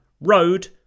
road